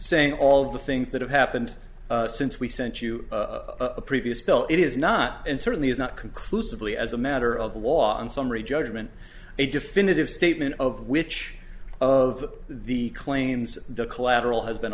saying all of the things that have happened since we sent you a previous bill it is not and certainly is not conclusively as a matter of law and summary judgment a definitive statement of which of the claims the collateral has been